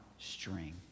string